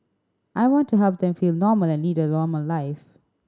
I want to help them feel normal and lead a normal life